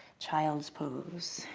child's pose.